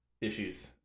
issues